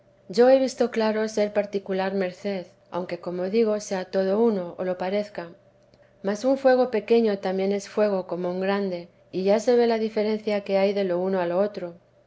yo he visto claro ser particular merced aunque como digo sea todo uno o lo parezca mas un fuego pequeño también es fuego como un grande y ya se ve la diferencia que hay de lo uno a lo otro